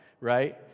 right